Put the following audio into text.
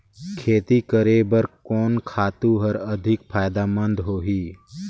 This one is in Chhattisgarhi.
खेती करे बर कोन खातु हर अधिक फायदामंद होही?